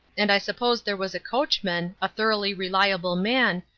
and i suppose there was a coachman, a thoroughly reliable man,